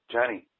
Johnny